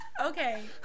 Okay